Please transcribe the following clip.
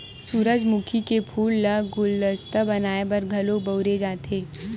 सूरजमुखी के फूल ल गुलदस्ता बनाय बर घलो बउरे जाथे